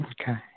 Okay